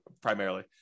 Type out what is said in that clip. primarily